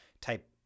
type